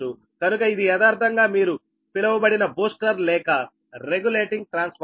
కనుక ఇది యదార్ధంగా మీరు పిలువబడిన బూస్టర్ లేక రెగ్యులేటింగ్ ట్రాన్స్ఫార్మర్